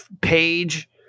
page